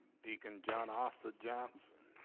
deacon john after johnson